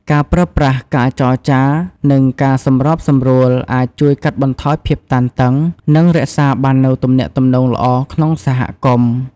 ការប្រើប្រាស់ការចរចា និងការសម្របសម្រួលអាច ជួយកាត់បន្ថយភាពតានតឹង និង រក្សាបាននូវទំនាក់ទំនងល្អក្នុងសហគមន៍។